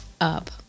up